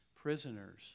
prisoners